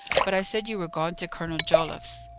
but i said you were gone to colonel joliffe's.